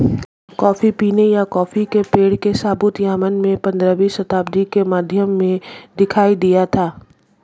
coffee पीने या coffee के पेड़ के सबूत यमन में पंद्रहवी शताब्दी के मध्य में दिखाई दिया था